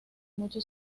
mucho